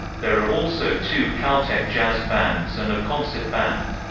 there are also two caltech jazz bands and a concert band.